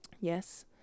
yes